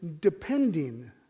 depending